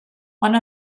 one